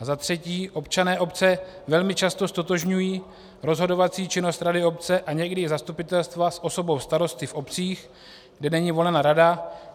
za třetí, občané obce velmi často ztotožňují rozhodovací činnost rady obce a někdy i zastupitelstva s osobou starosty v obcích, kde není volena rada.